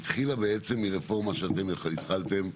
התחילה בעצם מרפורמה שאתם התחלתם,